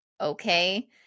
okay